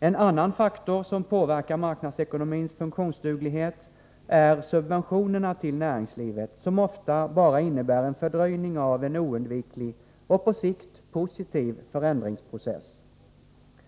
En annan faktor som påverkar marknadsekonomins funktionsduglighet är subventionerna till näringslivet, som ofta bara innebär en fördröjning av en oundviklig och på sikt positiv förändringsprocess.